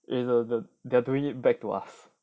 it's the the they are doing it back to us